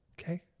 Okay